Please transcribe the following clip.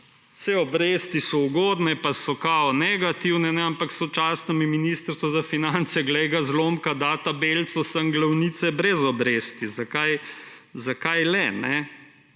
saj obresti so ugodne, pa so kao negativne, ampak sočasno mi Ministrstvo za finance glej ga zlomka da tabelco sem glavnice brez obresti. Zakaj le?